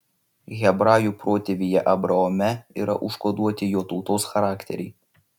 hebrajų protėvyje abraome yra užkoduoti jo tautos charakteriai